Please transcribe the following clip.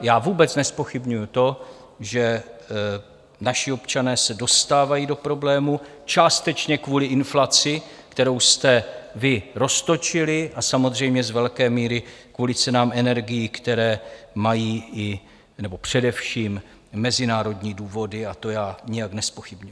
Já vůbec nezpochybňuji to, že naši občané se dostávají do problémů, částečně kvůli inflaci, kterou jste vy roztočili, a samozřejmě z velké míry kvůli cenám energií, které mají i nebo především mezinárodní důvody, a to nijak nezpochybňuji.